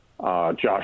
Josh